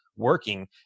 Working